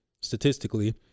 statistically